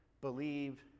believe